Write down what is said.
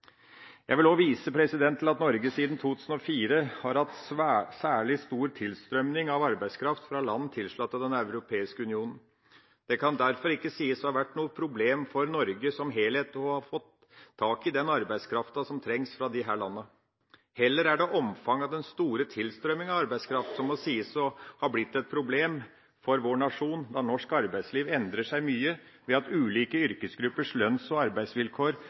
Jeg vil òg vise til at Norge siden 2004 har hatt særlig stor tilstrømming av arbeidskraft fra land tilsluttet Den europeiske union. Det kan derfor ikke sies å ha vært noe problem for Norge som helhet å få tak i den arbeidskraften som trengs fra disse landene. Heller er det omfanget av den store tilstrømming av arbeidskraft som må sies å ha blitt et problem for vår nasjon, da norsk arbeidsliv endrer seg mye ved at ulike yrkesgruppers lønns- og arbeidsvilkår